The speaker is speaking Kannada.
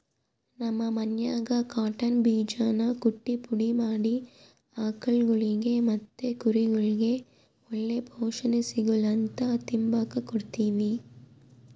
ನಮ್ ಮನ್ಯಾಗ ಕಾಟನ್ ಬೀಜಾನ ಕುಟ್ಟಿ ಪುಡಿ ಮಾಡಿ ಆಕುಳ್ಗುಳಿಗೆ ಮತ್ತೆ ಕುರಿಗುಳ್ಗೆ ಒಳ್ಳೆ ಪೋಷಣೆ ಸಿಗುಲಂತ ತಿಂಬಾಕ್ ಕೊಡ್ತೀವಿ